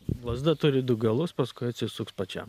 lazda turi du galus paskui atsisuks pačiam